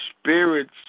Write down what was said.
spirits